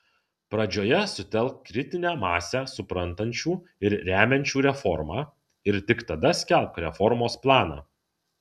pradžioje sutelk kritinę masę suprantančių ir remiančių reformą ir tik tada skelbk reformos planą